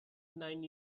nine